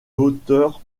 hauteur